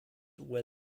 where